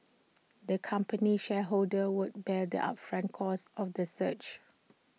the company's shareholders would bear the upfront costs of the search